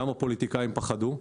גם הפוליטיקאים פחדו,